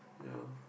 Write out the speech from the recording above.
ya